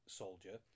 soldier